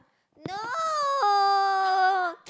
no